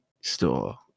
store